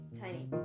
tiny